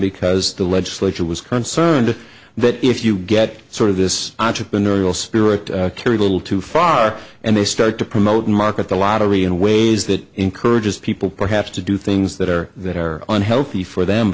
because the legislature was concerned that if you get sort of this entrepreneurial spirit carry a little too far and they start to promote and market the lottery in ways that encourages people perhaps to do things that are that are unhealthy for them